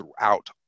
throughout